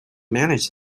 manage